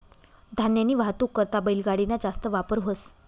धान्यनी वाहतूक करता बैलगाडी ना जास्त वापर व्हस